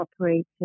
operated